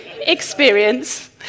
experience